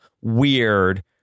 weird